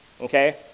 okay